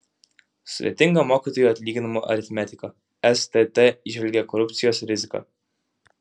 sudėtinga mokytojų atlyginimų aritmetika stt įžvelgia korupcijos riziką